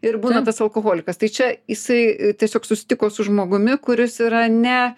ir būna tas alkoholikas tai čia jisai tiesiog susitiko su žmogumi kuris yra ne